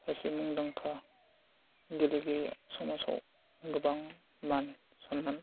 सासे मुंदांखा गेलेगिरि समाजाव गोबां मान सन्मान